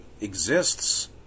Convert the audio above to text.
exists